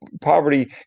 poverty